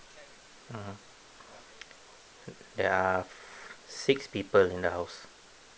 mmhmm there are six people in the house